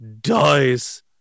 dies